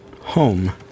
home